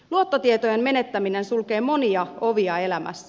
luottotietojen menettäminen sulkee monia ovia elämässä